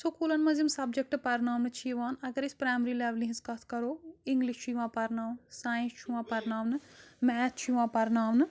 سکوٗلَن منٛز یِم سَبجَکٹ پَرناونہٕ چھِ یِوان اگر أسۍ پرٛایمری لٮ۪ولہِ ہِنٛز کَتھ کَرو اِنٛگلِش چھُ یِوان پَرناونہٕ ساینَس چھُ یِوان پَرناونہٕ میتھ چھُ یِوان پَرناونہٕ